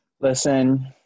Listen